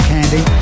Candy